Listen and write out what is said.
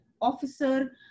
officer